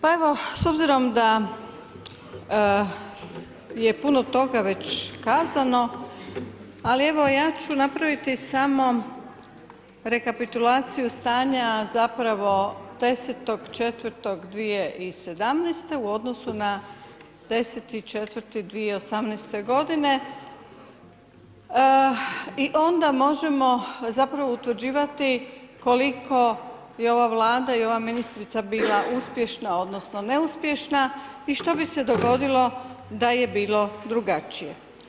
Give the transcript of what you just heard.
Pa evo s obzirom da je puno toga već kazano, ali evo ja ću napraviti samo rekapitulaciju stanja zapravo 10.4.2017. u odnosu na 10.4.2018. godine i onda možemo zapravo utvrđivati koliko je ova vlada i ova ministrica bila uspješna, odnosno neuspješna i što bi se dogodilo da je bilo drugačije.